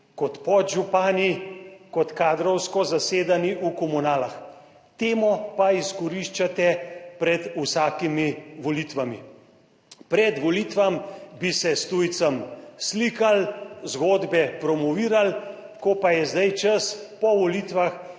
kot podžupani, kot kadrovsko zasedeni v komunalah, temo pa izkoriščate pred vsakimi volitvami. Pred volitvami bi se s tujcem slikali, zgodbe promovirali. Ko pa je zdaj čas po volitvah,